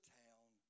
town